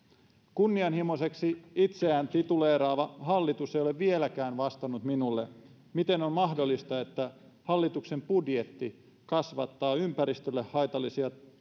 kunnianhimoiseksi itseään tituleeraava hallitus ei ole vieläkään vastannut minulle miten on mahdollista että hallituksen budjetti kasvattaa ympäristölle haitallisia